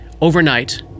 overnight